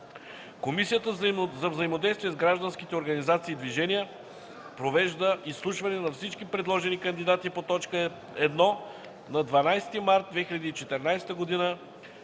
Комисията за взаимодействие с граждански организации и движения провежда изслушване на всички предложени кандидати по т. 1 на 12 март 2014 г.